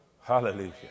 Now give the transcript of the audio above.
Hallelujah